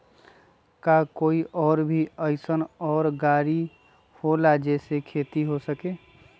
का कोई और भी अइसन और गाड़ी होला जे से खेती हो सके?